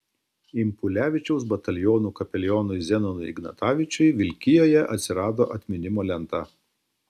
impulevičiaus batalionų kapelionui zenonui ignatavičiui vilkijoje atsirado atminimo lenta